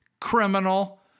criminal